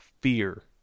fear